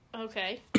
Okay